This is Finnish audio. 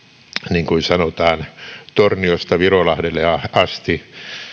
niin kuin sanotaan torniosta virolahdelle asti